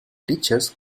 teachers